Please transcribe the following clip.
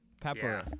Pepper